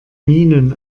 minen